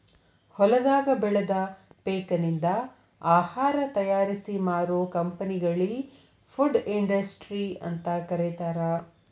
ಹೊಲದಾಗ ಬೆಳದ ಪೇಕನಿಂದ ಆಹಾರ ತಯಾರಿಸಿ ಮಾರೋ ಕಂಪೆನಿಗಳಿ ಫುಡ್ ಇಂಡಸ್ಟ್ರಿ ಅಂತ ಕರೇತಾರ